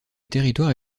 territoire